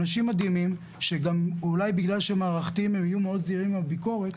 אנשים מדהימים שאולי בגלל שהם מערכתיים הם יהיו מאוד זהירים עם הביקורת,